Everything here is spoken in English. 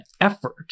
effort